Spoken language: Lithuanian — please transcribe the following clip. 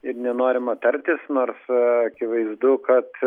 ir nenorima tartis nors akivaizdu kad